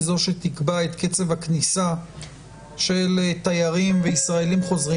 זו שתקבע את קצב הכניסה של תיירים וישראלים חוזרים,